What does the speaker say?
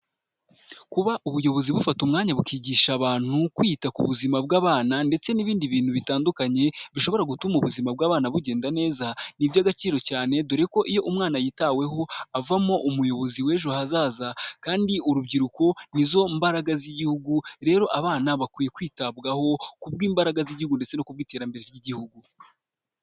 Kuba ubuyobozi bufata umwanya bukigisha abantu kwita ku buzima bw'abana ndetse n'ibindi bintu bitandukanye bishobora gutuma ubuzima bw'abana bugenda neza, ni iby'agaciro cyane dore ko iyo umwana yitaweho avamo umuyobozi w'ejo hazaza kandi urubyiruko nizo mbaraga z'igihugu, rero abana bakwiye kwitabwaho kubw'imbaraga z'igihugu ndetse no kubw'iterambere ry'igihugu.